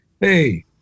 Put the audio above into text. hey